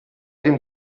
dem